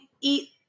eat